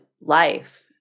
life